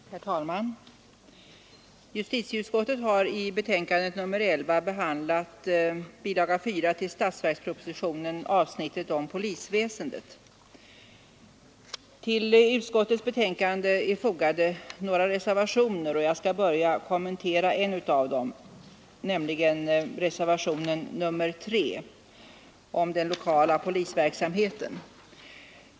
Herr talman! Justitieutskottet har i betänkandet nr 11 behandlat bilaga 4 till statsverkspropositionen, avsnittet om polisväsendet. Vid utskottets betänkande är fogade några reservationer, och jag skall börja med att kommentera en av dem, nämligen reservationen 3, om den lokala polisverksamheten.